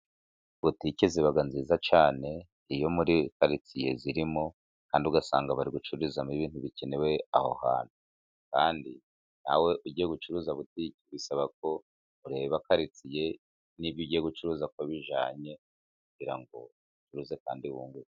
Butike ziba nziza cyane iyo muri karitsiye zirimo, kandi ugasanga bari gucururizamo ibintu bikenewe aho hantu. Kandi na we ugiye gucuruza butike, bisaba ko ureba karitsiye n'ibyo ugiye gucuruza ko bijyanye, kugira ngo ucuruze kandi wunguke.